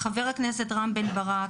חבר הכנסת רם בן ברק,